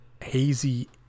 Hazy